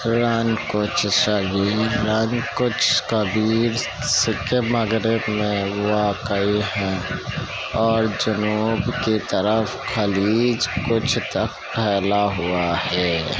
رن کچھ صغیر رن کچھ کبیر کے مغرب میں واقع ہے اور جنوب کی طرف خلیج کچھ تک پھیلا ہوا ہے